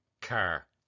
car